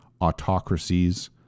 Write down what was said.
autocracies